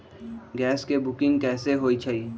Gas के booking कैसे होईछई?